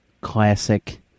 classic